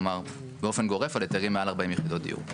כלומר, באופן גורף, על היתרים מעל 40 יחידות דיור.